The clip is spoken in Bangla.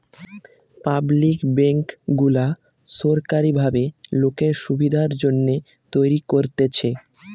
পাবলিক বেঙ্ক গুলা সোরকারী ভাবে লোকের সুবিধার জন্যে তৈরী করতেছে